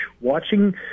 watching